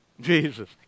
Jesus